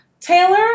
Taylor